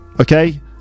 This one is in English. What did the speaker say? Okay